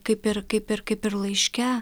kaip ir kaip ir kaip ir laiške